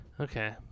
Okay